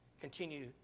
continue